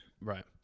Right